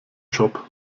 job